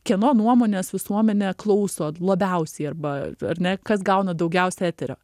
kieno nuomonės visuomenė klauso labiausiai arba ar ne kas gauna daugiausia eterio